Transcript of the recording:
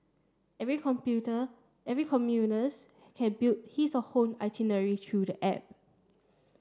every computer every can build his or her own itinerary through the app